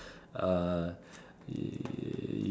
uh